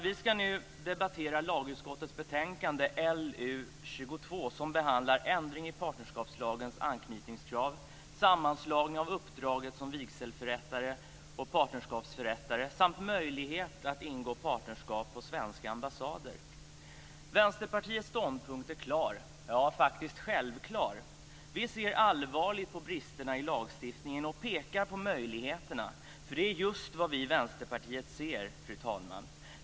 Vi ska nu debattera lagutskottets betänkande LU22, som behandlar ändring i partnerskapslagens anknytningskrav, sammanslagning av uppdraget som vigselförrättare och partnerskapsförrättare samt möjlighet att ingå partnerskap på svenska ambassader. Vänsterpartiets ståndpunkt är klar, ja faktiskt självklar. Vi ser allvarligt på bristerna i lagstiftningen och pekar på möjligheterna. För det är just det som vi i Vänsterpartiet ser, fru talman.